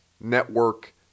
Network